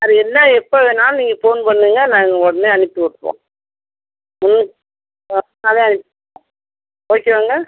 அது என்ன எப்போ வேணாலும் நீங்கள் ஃபோன் பண்ணுங்கள் நாங்கள் உடனே அனுப்பி விட்டுருவோம் மொதல் நாளே அனுப்பி விட்டிருவோம் ஓகேவாங்க